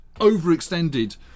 overextended